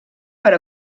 per